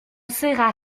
sera